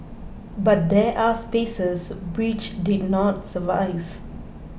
but there are spaces which did not survive